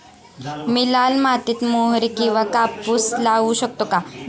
मी लाल मातीत मोहरी किंवा कापूस लावू शकतो का?